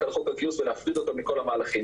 על חוק הגיוס ולהפריד אותו מכול המהלכים.